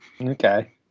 Okay